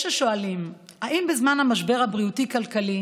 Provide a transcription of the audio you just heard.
יש השואלים: האם בזמן המשבר הבריאותי-כלכלי